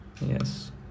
yes